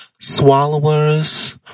Swallowers